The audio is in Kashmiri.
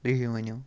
تُہی ؤنِو